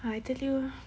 !huh! I tell you